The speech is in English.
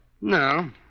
No